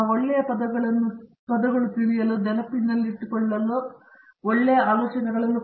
ಆ ಒಳ್ಳೆಯ ಪದಗಳು ತಿಳಿಯಲು ನೆನಪಿನಲ್ಲಿಟ್ಟುಕೊಳ್ಳಲು ಒಳ್ಳೆಯ ಆಲೋಚನೆಗಳು